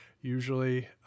usually